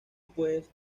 pues